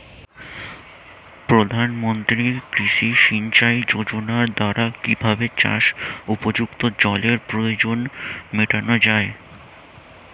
প্রধানমন্ত্রী কৃষি সিঞ্চাই যোজনার দ্বারা কিভাবে চাষ উপযুক্ত জলের প্রয়োজন মেটানো য়ায়?